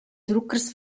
druckers